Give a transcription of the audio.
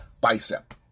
bicep